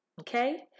Okay